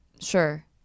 Sure